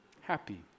Happy